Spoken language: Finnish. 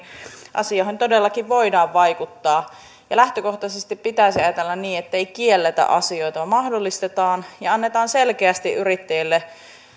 asioihin todellakin voidaan vaikuttaa lähtökohtaisesti pitäisi ajatella niin että ei kielletä asioita vaan mahdollistetaan ja annetaan selkeästi yrittäjille